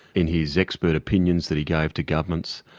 in his expert opinions that he gave to governments,